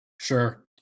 Sure